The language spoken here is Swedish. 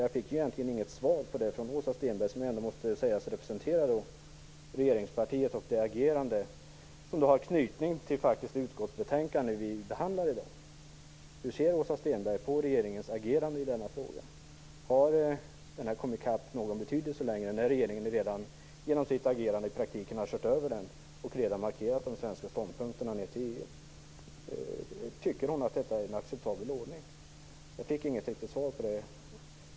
Jag fick egentligen inget svar på den från Åsa Stenberg, som måste sägas vara den som här svarar för regeringspartiets agerande, vilket har anknytning till det utskottsbetänkande som vi nu behandlar. Hur ser Åsa Stenberg på regeringens agerande i denna fråga? Har Komi CAP längre någon betydelse sedan regeringen redan genom sitt agerande i praktiken har kört över den och för EU markerat de svenska ståndpunkterna? Tycker hon att detta är en acceptabel ordning? Jag fick inget riktigt svar på det.